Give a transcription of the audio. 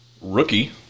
rookie